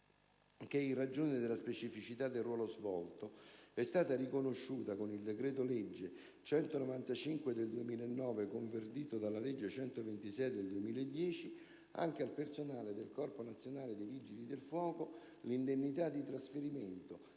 che, in ragione della specificità del ruolo svolto è stata riconosciuta, con il decreto-legge 30 dicembre 2009, n. 195, convertito dalla legge 26 febbraio 2010, n. 126, anche al personale del Corpo nazionale dei Vigili del fuoco l'indennità di trasferimento,